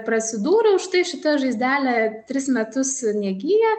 prasidūriau štai šita žaizdelė tris metus negyja